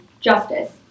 justice